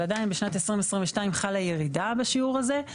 אבל עדיין בשנת 2022 חלה ירידה בשיעור הזה,